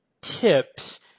tips